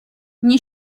nie